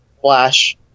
Flash